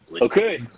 Okay